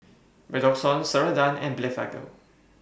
Redoxon Ceradan and Blephagel